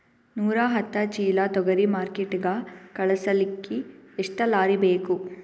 ನೂರಾಹತ್ತ ಚೀಲಾ ತೊಗರಿ ಮಾರ್ಕಿಟಿಗ ಕಳಸಲಿಕ್ಕಿ ಎಷ್ಟ ಲಾರಿ ಬೇಕು?